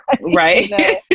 Right